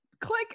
Click